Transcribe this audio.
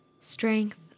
strength